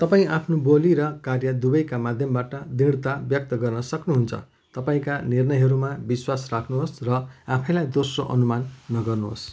तपाईँँ आफ्नो बोली र कार्य दुवैका माध्यमबाट दृढता व्यक्त गर्न सक्नुहुन्छ तपाईँँका निर्णयहरूमा विश्वास राख्नुहोस् र आफैलाई दोस्रो अनुमान नगर्नुहोस्